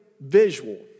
visual